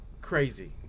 Crazy